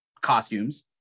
costumes